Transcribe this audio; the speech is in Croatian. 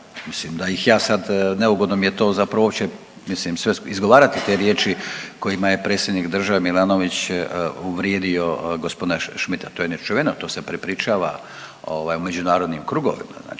Mislim da ih ja sad, neugodno mi je to zapravo uopće mislim sve izgovarati te riječi kojima je predsjednik države Milanović uvrijedio gospodina Schmidta. To je nečuveno! To se prepričava u međunarodnim krugovima, znači